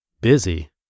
Busy